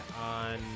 on